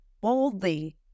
boldly